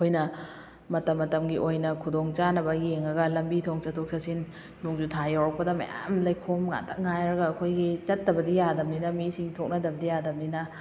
ꯑꯩꯈꯣꯏꯅ ꯃꯇꯝ ꯃꯇꯝꯒꯤ ꯑꯣꯏꯅ ꯈꯨꯗꯣꯡ ꯆꯥꯅꯕ ꯌꯦꯡꯂꯒ ꯂꯝꯕꯤ ꯊꯣꯡ ꯆꯠꯊꯣꯛ ꯆꯠꯁꯤꯟ ꯅꯨꯡꯖꯨ ꯊꯥ ꯌꯧꯔꯛꯄꯗ ꯃꯌꯥꯝ ꯂꯩꯈꯣꯝ ꯉꯥꯛꯇ ꯉꯥꯏꯔꯒ ꯑꯩꯈꯣꯏꯒꯤ ꯆꯠꯇꯕꯗꯤ ꯌꯥꯗꯕꯅꯤꯅ ꯃꯤꯁꯤ ꯊꯣꯛꯅꯗꯕꯗꯤ ꯌꯥꯗꯕꯅꯤꯅ